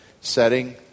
setting